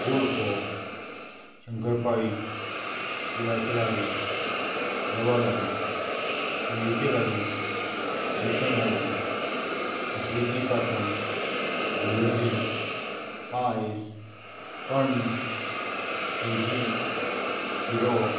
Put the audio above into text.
गोडफोव शंकरपाळी तिळाचे लाडू रवा लाडू सोयेचे लाडू बेसन लाडू साकरेचीं कापां जिलेबी पायस कण्ण सोजी शिरो